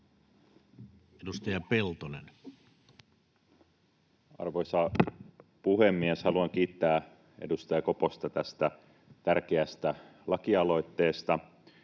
Edustaja Peltonen. Arvoisa puhemies! Haluan kiittää edustaja Koposta tästä tärkeästä lakialoitteesta.